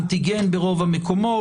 אנטיגן ברוב המקומות.